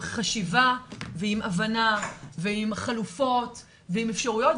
והחלטה כזאת חייבת להתקבל עם חשיבה ועם הבנה ועם חלופות ועם אפשרויות,